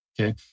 Okay